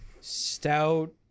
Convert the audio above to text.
stout